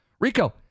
Rico